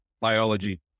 biology